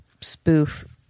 spoof